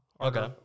okay